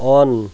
on